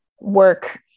work